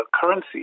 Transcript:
currency